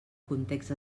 context